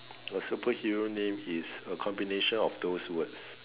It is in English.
your super hero name is a combination of those words